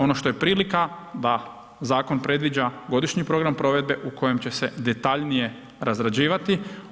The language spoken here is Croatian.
Ono što je prilika da zakon predviđa godišnji program provedbe u kojem će se detaljnije razrađivati.